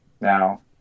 now